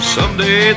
Someday